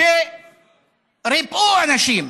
שריפאו אנשים,